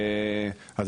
ואני מכיר את המקרה,